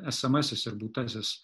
esamasis ir būtasis